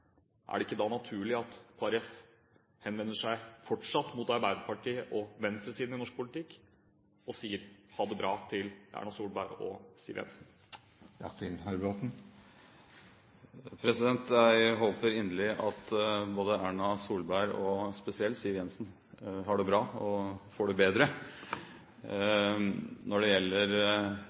er det ikke da naturlig at Kristelig Folkeparti fortsatt henvender seg til Arbeiderpartiet og venstresiden i norsk politikk – og sier ha det bra til Erna Solberg og Siv Jensen? Jeg håper inderlig at både Erna Solberg og spesielt Siv Jensen har det bra og får det bedre. Når det gjelder